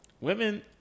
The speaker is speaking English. Women